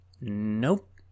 Nope